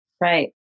Right